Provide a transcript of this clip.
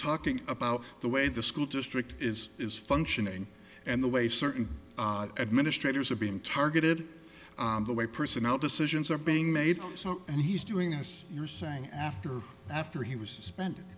talking about the way the school district is is functioning and the way certain administrators are being targeted the way personnel decisions are being made and he's doing as you're saying after after he was suspended